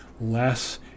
less